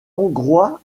hongrois